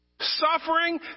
Suffering